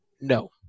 no